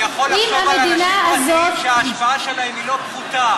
אני יכול לחשוב על אנשים פרטיים שההשפעה שלהם היא לא פחותה,